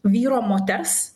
vyro moters